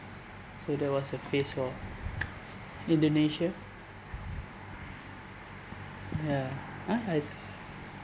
so that was a phase for indonesia ya !huh! I